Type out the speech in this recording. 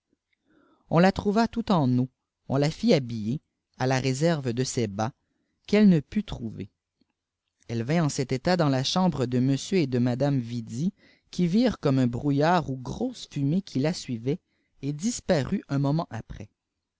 on la frouva tout en eaù on a fî îiabiller à la réserve de ses bas qu'dlle ne put trouver filte vint eiî cet état dans te chambre de m et de madanfie vi qui virent comme un brouillard ou grosse fumée qui te mmii et disparut un aoment après